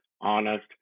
Honest